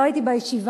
לא הייתי בישיבה,